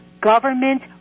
government